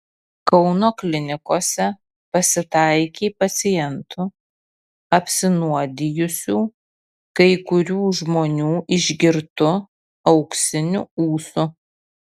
kauno klinikose pasitaikė pacientų apsinuodijusių kai kurių žmonių išgirtu auksiniu ūsu